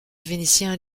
vénitien